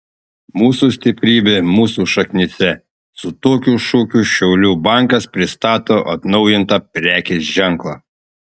mūsų stiprybė mūsų šaknyse su tokiu šūkiu šiaulių bankas pristato atnaujintą prekės ženklą